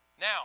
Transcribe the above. now